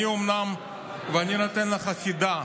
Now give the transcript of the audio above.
אני נותן לך חידה: